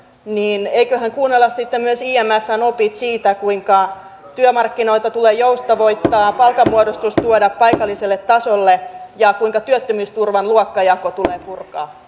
eiköhän kuunnella sitten myös imfn opit siitä kuinka työmarkkinoita tulee joustavoittaa palkanmuodostus tuoda paikalliselle tasolle ja kuinka työttömyysturvan luokkajako tulee purkaa